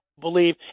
believe